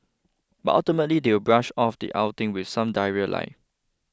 but ultimately they will brush off the outing with some diarrhoea lie